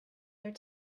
their